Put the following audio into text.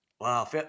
Wow